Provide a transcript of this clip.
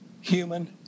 human